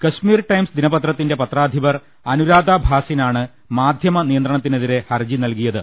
Kashmir Times ദിനപത്രത്തിന്റെ പത്രാധിപർ അനുരാധ ഭാസിൻ ആണ് മാധ്യമ നിയന്ത്രണത്തിനെതിരെ ഹർജി നൽകിയ ത്